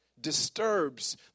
disturbs